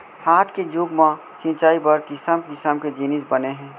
आज के जुग म सिंचई बर किसम किसम के जिनिस बने हे